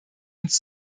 uns